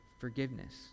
forgiveness